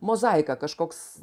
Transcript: mozaika kažkoks